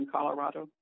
Colorado